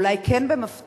אולי כן במפתיע,